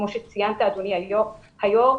כמו שציינת אדוני היושב ראש,